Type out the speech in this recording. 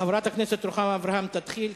חברת הכנסת רוחמה אברהם תתחיל,